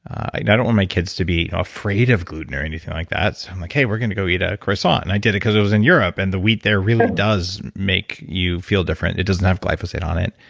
i don't want my kids to be afraid of gluten or anything like that. so i'm like, hey, we're going to go eat a croissant, and i did it because it was in europe and the wheat there really does make you feel different. it doesn't have glyphosate on it.